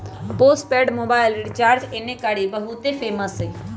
postpaid mobile recharge एन्ने कारि बहुते फेमस हई